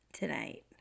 tonight